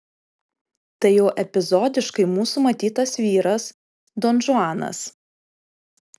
tai jau epizodiškai mūsų matytas vyras donžuanas